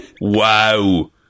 wow